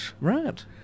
Right